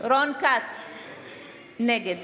נגד